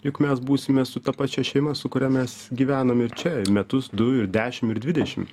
juk mes būsime su ta pačia šeima su kuria mes gyvename čia ir metus du ir dešim ir dvidešim